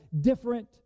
different